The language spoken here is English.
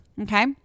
Okay